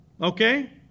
Okay